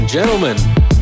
Gentlemen